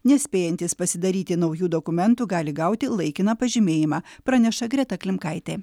nespėjantys pasidaryti naujų dokumentų gali gauti laikiną pažymėjimą praneša greta klimkaitė